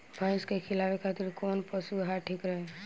भैंस के खिलावे खातिर कोवन पशु आहार ठीक रही?